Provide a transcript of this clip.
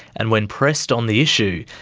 and when pressed on the issue,